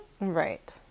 Right